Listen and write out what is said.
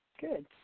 good